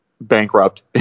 bankrupt